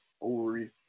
over